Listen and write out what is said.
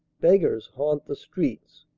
beggars haunt the streets.